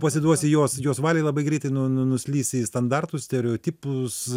pasiduosi jos jos valiai labai greitai nu nu nuslysi į standartus stereotipus